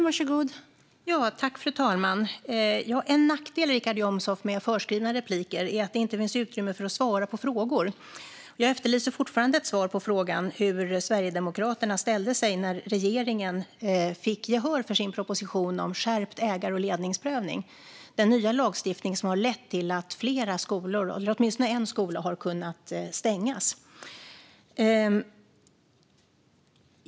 Fru talman! En nackdel med förskrivna inlägg, Richard Jomshof, är att det inte finns utrymme att svara på frågor. Jag efterlyser fortfarande ett svar på frågan om hur Sverigedemokraterna ställde sig när regeringen fick gehör för sin proposition om skärpt ägar och ledningsprövning, den nya lagstiftning som har lett till att åtminstone en skola har kunnat stängas.